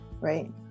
Right